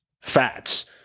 fats